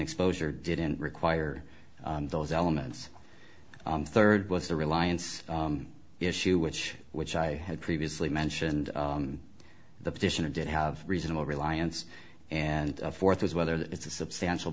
exposure didn't require those elements third was the reliance issue which which i had previously mentioned the petitioner did have reasonable reliance and a fourth is whether it's a substantial